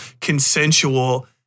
consensual